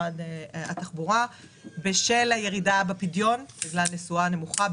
משרד התחבורה בשל הירידה בפדיון בגלל נסועה נמוכה.